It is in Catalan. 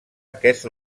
aquest